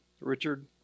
Richard